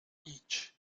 each